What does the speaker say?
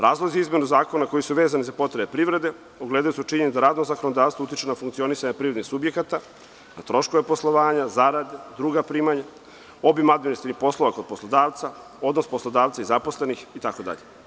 Razlozi izmene zakona, koji su vezani za potrebe privrede, ogledaju se u činjenici da radno zakonodavstvo utiče na funkcionisanje privrednih subjekata, na troškove poslovanja, zarade, druga primanja, obim administrativnih poslova kod poslodavca, odnos poslodavca i zaposlenih itd.